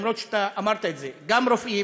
למרות שאתה אמרת את זה: גם רופאים,